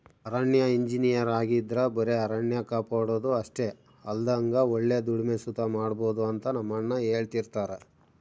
ಅರಣ್ಯ ಇಂಜಿನಯರ್ ಆಗಿದ್ರ ಬರೆ ಅರಣ್ಯ ಕಾಪಾಡೋದು ಅಷ್ಟೆ ಅಲ್ದಂಗ ಒಳ್ಳೆ ದುಡಿಮೆ ಸುತ ಮಾಡ್ಬೋದು ಅಂತ ನಮ್ಮಣ್ಣ ಹೆಳ್ತಿರ್ತರ